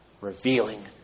revealing